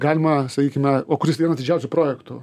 galima sakykime o kuris vienas didžiausių projektų